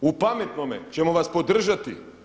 U pametnome ćemo vas podržati.